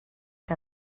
que